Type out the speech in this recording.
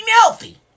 healthy